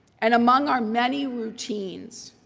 and among our many routines,